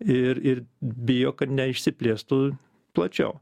ir ir bijo kad neišsiplėstų plačiau